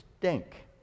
stink